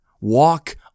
Walk